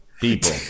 people